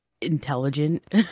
intelligent